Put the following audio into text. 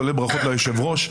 כולל ברכות ליושב ראש.